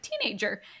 teenager